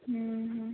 ହୁଁ ହୁଁ